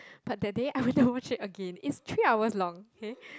but that day I went to watch it again it's three hours long okay